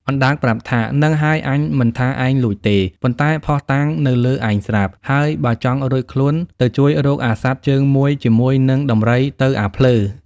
អណ្ដើកប្រាប់ថា៖ "ហ្នឹងហើយអញមិនថាឯងលួចទេ ប៉ុន្តែភស្តុតាងនៅលើឯងស្រាប់ ហើយបើចង់រួចខ្លួនទៅ ជួយរកអាសត្វជើងមួយជាមួយនឹងដំរីទៅ អាភ្លើ"។